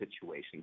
situation